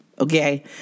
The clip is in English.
Okay